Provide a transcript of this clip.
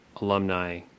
alumni